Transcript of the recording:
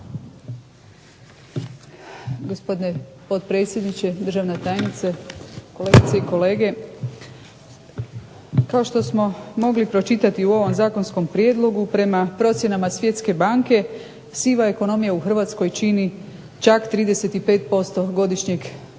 Gospodine potpredsjedniče, državna tajnice, kolegice i kolege. Kao što smo mogli pročitati u ovom zakonskom prijedlogu prema procjenama Svjetske banke siva ekonomija u Hrvatskoj čini čak 35% godišnjeg bruto